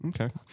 Okay